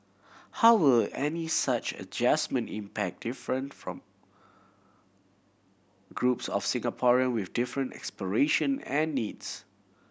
how will any such adjustment impact different from groups of Singaporean with different aspiration and needs